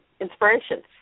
inspirations